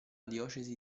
diocesi